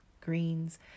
greens